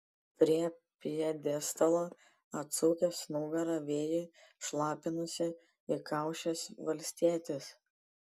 prie pjedestalo atsukęs nugarą vėjui šlapinosi įkaušęs valstietis